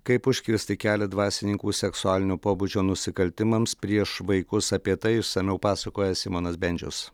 kaip užkirsti kelią dvasininkų seksualinio pobūdžio nusikaltimams prieš vaikus apie tai išsamiau pasakoja simonas bendžius